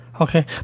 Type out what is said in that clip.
Okay